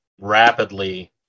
rapidly